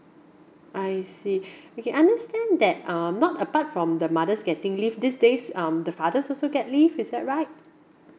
I see okay understand that um not apart from the mother's getting leave these days um the fathers also get leave is that right